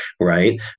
right